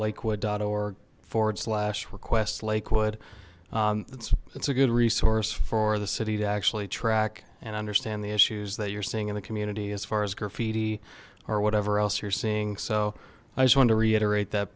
lakewood or forward slash requests lakewood it's a good resource for the city to actually track and understand the issues that you're seeing in the community as far as graffiti or whatever else you're seeing so i just want to reiterate that